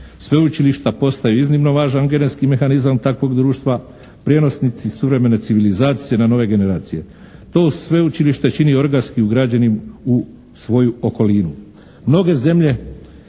Sveučilišta postaju iznimno važan genetski mehanizam takvog društva, prijenosnici suvremene civilizacije na nove generacije. To sveučilišta čini i organski ugrađenim u svoju okolinu. Mnoge zemlje